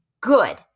good